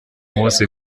munsi